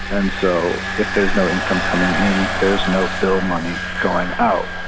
and and so if there is no income coming in, there's no bill money going out.